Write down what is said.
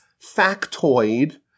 factoid